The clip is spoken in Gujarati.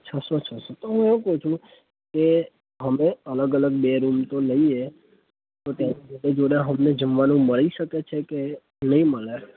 છસો છસો તો હું શું પૂછું કે અમે અલગ અલગ બે રૂમ તો લઇએ તો તે જોડે અમને જમવાનું મળી શકે છે કે નહીં મળે